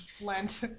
Lent